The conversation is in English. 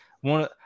one